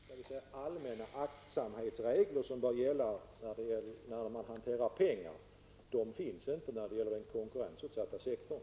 Fru talman! De allmänna aktsamhetsregler som bör gälla när man hanterar pengar finns inte i den konkurrensutsatta sektorn.